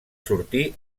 sortir